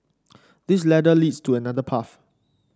this ladder leads to another path